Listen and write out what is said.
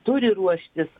turi ruoštis